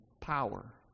power